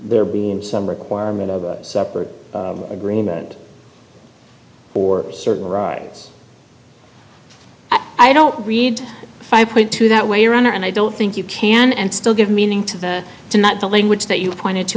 there being some requirement of a separate agreement or certain rights that i don't read if i point to that way around and i don't think you can and still give meaning to the two not the language that you pointed to